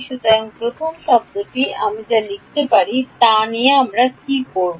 সুতরাং প্রথম শব্দটি আমি যা লিখতে পারি তা কি তা করবে